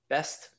Best